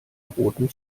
roten